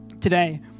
today